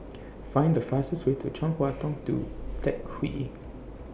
Find The fastest Way to Chong Hua Tong Tou Teck Hwee